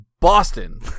Boston